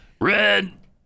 Red